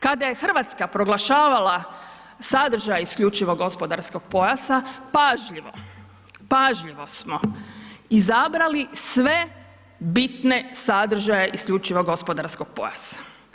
Kada je Hrvatska proglašavala sadržaj isključivog gospodarskog pojasa pažljivo, pažljivo smo izabrali sve bitne sadržaje isključivog gospodarskog pojasa.